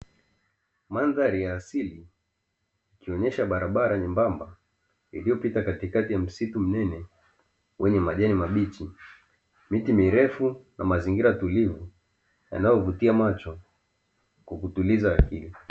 Mandhari ya asili ikionyesha barabara nyembamba iliyopita katikati ya msitu mnene, wenye majani mabichi, miti mirefu na mazingira tulivu, yanayovutia macho kukutuliza akili.